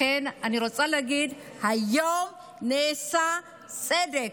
לכן, אני רוצה להגיד שהיום נעשה צדק.